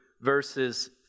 verses